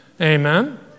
Amen